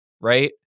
Right